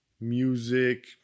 music